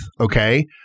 Okay